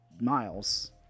Miles